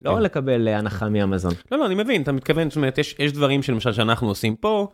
לא לקבל הנחה מאמאזון. לא, לא, אני מבין, אתה מתכוון, זאת אומרת יש דברים שלמשל שאנחנו עושים פה.